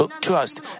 trust